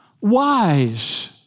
wise